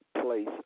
place